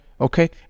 okay